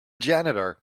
janitor